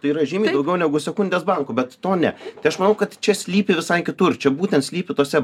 tai yra žymiai daugiau negu sekundės bankų bet to ne tai aš manau kad čia slypi visai kitur čia būtent slypi tose